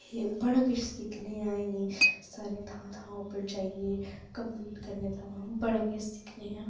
बड़ा किश सिक्खनेआं इ'नें सारे थां थां उप्पर जाइयै कम्पीट करने थमां बड़ा किश सिक्खनेआं